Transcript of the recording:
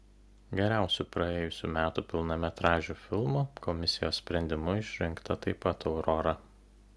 geriausiu praėjusių metų pilnametražiu filmu komisijos sprendimu išrinkta taip pat aurora